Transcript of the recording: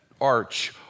arch